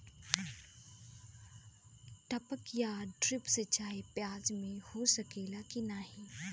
टपक या ड्रिप सिंचाई प्याज में हो सकेला की नाही?